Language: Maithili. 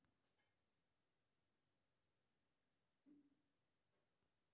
पशु पालन के लेल आवश्यक शर्त की की छै?